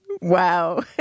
Wow